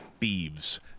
thieves